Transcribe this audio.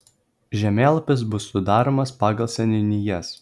žemėlapis bus sudaromas pagal seniūnijas